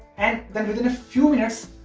and then within a few minutes,